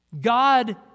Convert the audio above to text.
God